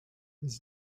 his